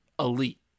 elite